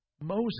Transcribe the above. Moses